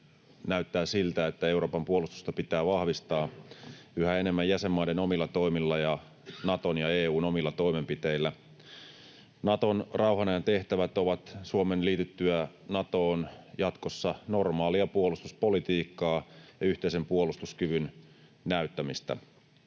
näyttävät siltä, että Euroopan puolustusta pitää vahvistaa yhä enemmän jäsenmaiden omilla toimilla ja Naton ja EU:n omilla toimenpiteillä. Naton rauhanajan tehtävät ovat Suomen liityttyä Natoon jatkossa normaalia puolustuspolitiikkaa ja yhteisen puolustuskyvyn näyttämistä.